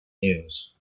news